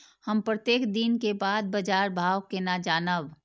हम प्रत्येक दिन के बाद बाजार भाव केना जानब?